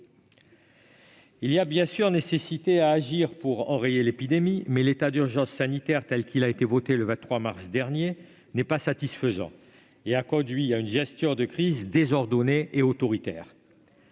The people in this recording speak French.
Il y a bien sûr nécessité d'agir pour enrayer l'épidémie, mais l'état d'urgence sanitaire, tel qu'il a été voté le 23 mars dernier, n'est pas satisfaisant, et a conduit à une gestion de crise désordonnée et autoritaire.